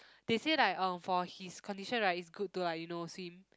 they said like uh for his condition right is good to like you know swim